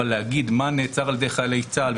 אבל להגיד מה נעשה על ידי חיילי צה"ל,